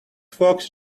fox